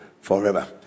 forever